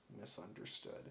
misunderstood